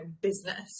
business